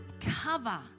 cover